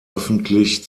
öffentlich